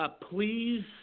please